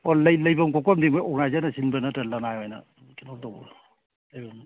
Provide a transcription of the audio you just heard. ꯑꯣ ꯂꯩꯕꯝ ꯈꯣꯠꯐꯝꯗꯤ ꯃꯣꯏ ꯑꯣꯔꯒꯅꯥꯏꯖꯔꯅ ꯁꯤꯟꯕ꯭ꯔꯥ ꯅꯇꯔꯒ ꯂꯅꯥꯏ ꯑꯣꯏꯅ ꯀꯩꯅꯣ ꯇꯧꯕ꯭ꯔꯥ ꯂꯩꯕꯝ